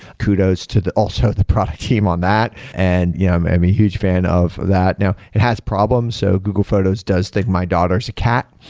kudos to also the product team on that. and yeah, um i'm a huge fan of that. now, it has problems, so google photos does think my daughters a cat.